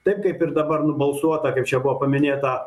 taip kaip ir dabar nubalsuota kaip čia buvo paminėta